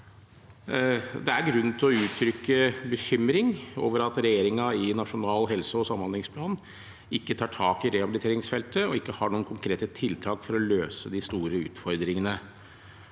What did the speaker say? Det er grunn til å uttrykke bekymring over at regjeringen i Nasjonal helse- og samhandlingsplan ikke tar tak i rehabiliteringsfeltet, og ikke har noen konkrete tiltak for å løse de store utfordringene.